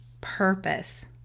purpose